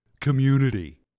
community